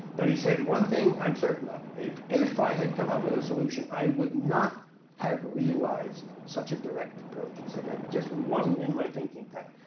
but he said, one thing i'm certain of, if if i had come up with a solution, i would not have realized such a direct approach. he said that just wasn't in my thinking pattern.